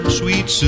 sweet